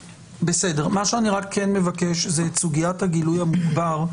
מה שאני רק כן מבקש זה את סוגיית הגילוי המוגבר,